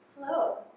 hello